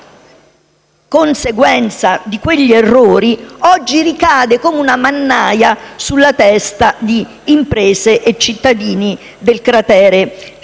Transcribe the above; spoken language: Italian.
conseguenza di quegli errori, ricade oggi come una mannaia sulla testa di imprese e cittadini del cratere sismico.